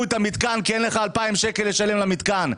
את המתקן כי אין לך 2,000 שקלים לשלם עבור המתקן.